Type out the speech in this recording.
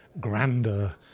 grander